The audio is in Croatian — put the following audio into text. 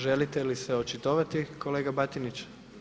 Želite li se očitovati kolega Batinić?